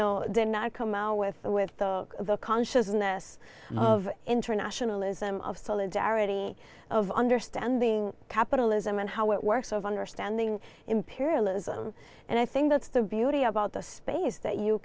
know they're not come out with the with the the consciousness of internationalism of solidarity of understanding capitalism and how it works of understanding imperialism and i think that's the beauty about the space that you